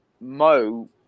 Mo